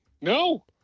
No